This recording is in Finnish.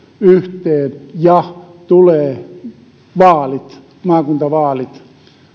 yhteen ja tulee maakuntavaalit